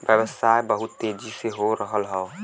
व्यवसाय बहुत तेजी से हो रहल हौ